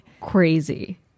Crazy